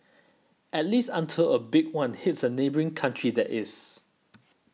at least until a big one hits a neighbouring country that is